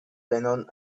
lennon